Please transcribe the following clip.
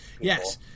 Yes